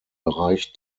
bereich